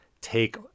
take